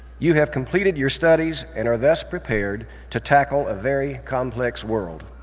you have completed your studies and are thus prepared to tackle a very complex world.